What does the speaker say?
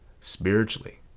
spiritually